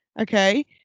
Okay